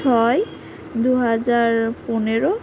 ছয় দু হাজার পনেরো